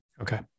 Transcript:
Okay